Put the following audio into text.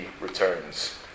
returns